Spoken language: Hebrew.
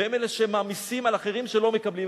והם אלה שמעמיסים על אחרים שלא מקבלים.